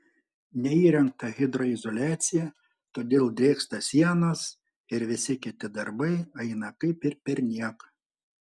neįrengta hidroizoliacija todėl drėksta sienos ir visi kiti darbai eina kaip ir perniek